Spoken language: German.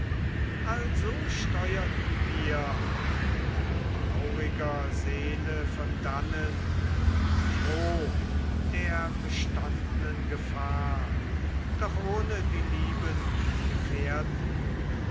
also steuerten wir mit trauriger seele von dannen froh der bestandnen gefahr doch ohne die lieben gefährten